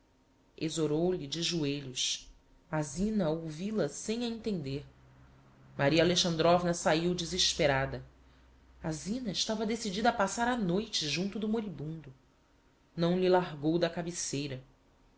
exorou lhe de joelhos a zina a ouvil-a sem a intender maria alexandrovna saíu desesperada a zina estava decidida a passar a noite junto do moribundo não lhe largou da cabeceira